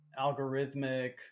algorithmic